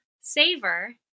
Savor